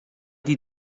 die